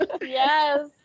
Yes